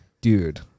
Dude